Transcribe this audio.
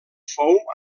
fou